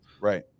Right